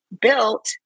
built